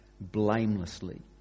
blamelessly